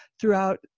throughout